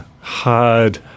hard